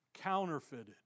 counterfeited